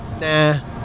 nah